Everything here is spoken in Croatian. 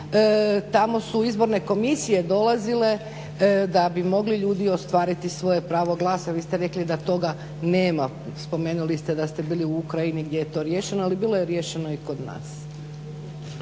Tamo su izborne komisije dolazile da bi mogli ljudi ostvariti svoje pravo glasa, vi ste rekli da toga nema. Spomenuli ste da ste bili u Ukrajini gdje je to riješeno, ali bilo je riješeno i kod nas.